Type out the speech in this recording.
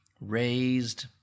raised